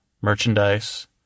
Merchandise